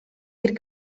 wir